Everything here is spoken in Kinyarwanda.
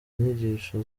n’inyigisho